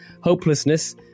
hopelessness